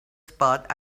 spot